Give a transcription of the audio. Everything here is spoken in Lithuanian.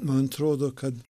man atrodo kad